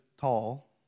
tall